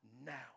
now